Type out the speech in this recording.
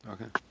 Okay